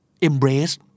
embrace